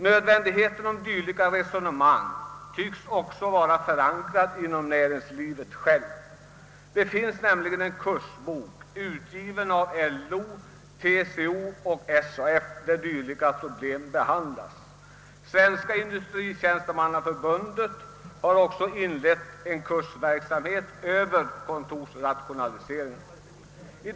Nödvändigheten av dylika resonemang tycks också klart inses hos näringslivet självt. Det finns nämligen en kursbok, utgiven av LO, TCO och SAF, där dylika problem behandlats. Svenska industritjänstemannaförbundet har också inlett en kursverksamhet i ämnet kontorsrationalisering.